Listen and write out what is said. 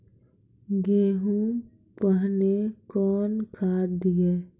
गेहूँ पहने कौन खाद दिए?